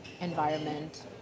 environment